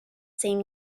same